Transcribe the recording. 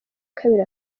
kabiri